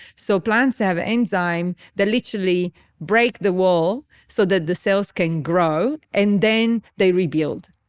so plants have an enzyme that literally break the wall so that the cells can grow, and then they rebuild.